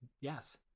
yes